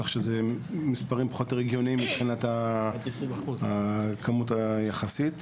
כך שאלה מספרים פחות או יותר הגיוניים מבחינת הכמות היחסית.